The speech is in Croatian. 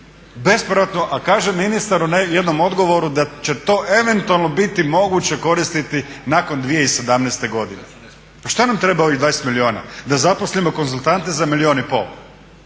A kaže ministar u jednom odgovoru da će to eventualno biti moguće koristiti nakon 2017. godine. Pa što nam treba ovih 20 milijuna? Da zaposlimo konzultante za milijun i pol?